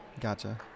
Gotcha